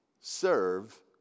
serve